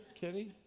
kitty